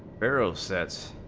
barrel sat